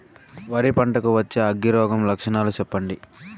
వరి పంట కు వచ్చే అగ్గి రోగం లక్షణాలు చెప్పండి?